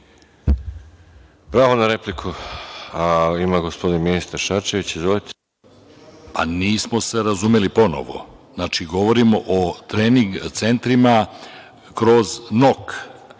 Pravo na repliku ima gospodin ministar Šarčević. **Mladen Šarčević** Nismo se razumeli ponovo. Znači, govorimo o trening centrima kroz NOK.